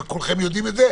וכולכם יודעים את זה.